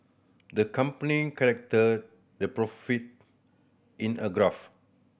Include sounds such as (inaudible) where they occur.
the company (unintelligible) the profit in a graph